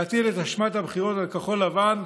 להטיל את אשמת הבחירות על כחול לבן,